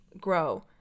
grow